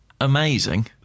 amazing